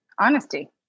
Honesty